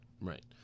Right